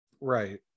Right